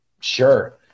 sure